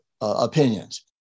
opinions